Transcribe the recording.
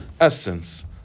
essence